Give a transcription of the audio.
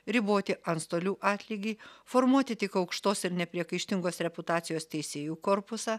riboti antstolių atlygį formuoti tik aukštos ir nepriekaištingos reputacijos teisėjų korpusą